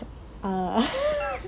ah